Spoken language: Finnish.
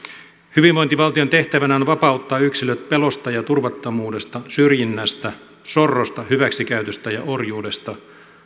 hyvinvointivaltion tehtävänä on vapauttaa yksilöt pelosta ja turvattomuudesta syrjinnästä sorrosta hyväksikäytöstä ja orjuudesta